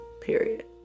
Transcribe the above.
Period